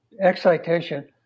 excitation